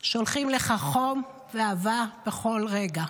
שולחים לך חום ואהבה בכל רגע.